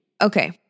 Okay